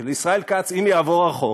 ולישראל כץ, אם יעבור החוק,